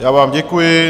Já vám děkuji.